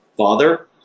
Father